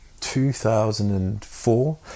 2004